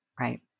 Right